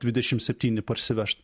dvidešim septyni parsivežt